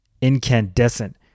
incandescent